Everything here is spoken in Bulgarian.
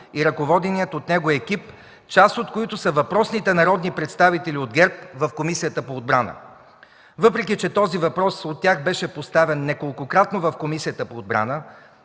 и ръководения от него екип, част от които са въпросните народни представители от ГЕРБ в Комисията по отбраната. Въпреки че този въпрос беше поставян от тях неколкократно в Комисията по отбрана,